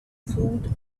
food